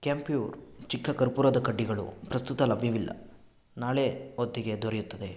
ಕ್ಯಾಂಪ್ಯೂರ್ ಚಿಕ್ಕ ಕರ್ಪೂರದ ಕಡ್ಡಿಗಳು ಪ್ರಸ್ತುತ ಲಭ್ಯವಿಲ್ಲ ನಾಳೆ ಹೊತ್ತಿಗೆ ದೊರೆಯುತ್ತದೆ